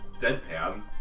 deadpan